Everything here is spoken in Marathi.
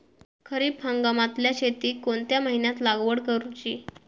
खरीप हंगामातल्या शेतीक कोणत्या महिन्यात लागवड करूची?